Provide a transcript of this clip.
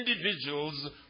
individuals